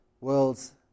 World's